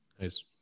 Nice